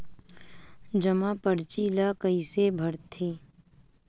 जमा परची ल कइसे भरथे?